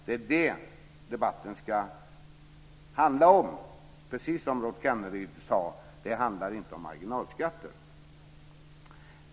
Det är det debatten ska handla om. Precis som Rolf Kenneryd sade handlar det inte om marginalskatter.